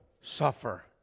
suffer